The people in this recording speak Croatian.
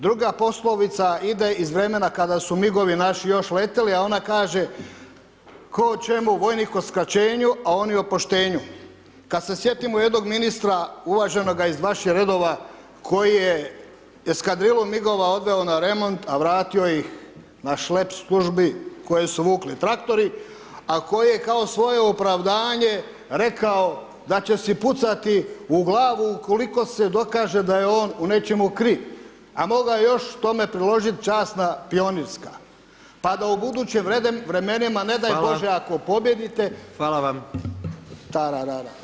Druga poslovica ide iz vremena kada su migovi naši još letjeli, a ona kaže „tko o čemu, vojnik o skraćenju, a oni o poštenju.“ Kad se sjetimo jednoga ministra uvaženoga iz vaših redova koji je eskadrilu migova odveo na remont, a vratio ih na šlep službi koju su vukli traktori, a koje je kao svoje opravdanje rekao da će si pucati u glavu ukoliko se dokaže da je on u nečemu kriv, a mogao je još k tome priložit „časna pionirska“, pa da u budućim vremenima [[Upadica: Hvala]] ne daj Bože ako pobijedite [[Upadica: Hvala vam]] tara, rara.